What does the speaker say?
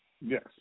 Yes